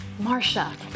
Marsha